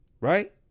right